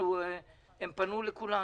הם פנו לכולנו.